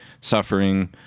suffering